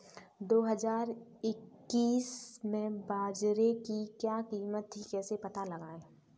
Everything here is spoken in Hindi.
दो हज़ार इक्कीस में बाजरे की क्या कीमत थी कैसे पता लगाएँ?